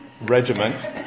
Regiment